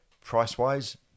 Price-wise